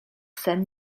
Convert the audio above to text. sen